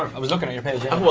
i was looking at your page yeah.